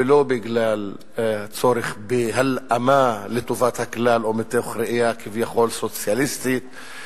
ולא בגלל צורך בהלאמה לטובת הכלל או מתוך ראייה כביכול סוציאליסטית,